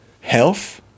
health